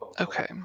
Okay